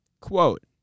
Quote